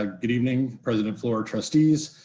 ah good evening president flour, trustees.